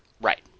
Right